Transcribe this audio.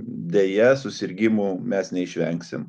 deja susirgimų mes neišvengsim